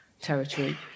territory